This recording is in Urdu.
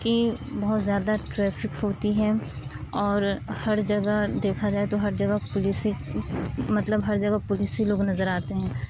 کہ بہت زیادہ ٹریفک ہوتی ہے اور ہر جگہ دیکھا جائے تو ہر جگہ پولیس ہی مطلب ہر جگہ پولیس ہی لوگ نظر آتے ہیں